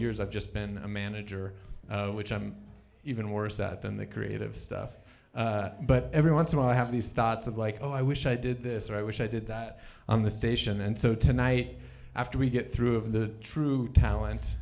years i've just been a manager which i'm even worse at than the creative stuff but every once in awhile i have these thoughts of like oh i wish i did this or i wish i did that on the station and so tonight after we get through of the true talent